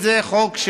חוק,